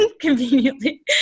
conveniently